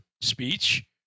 speech